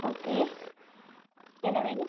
okay என்ன வேணும்